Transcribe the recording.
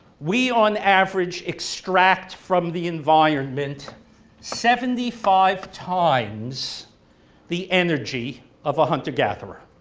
we on average extract from the environment seventy five times the energy of a hunter-gatherer.